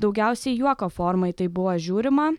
daugiausiai juoko forma į tai buvo žiūrima